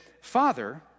Father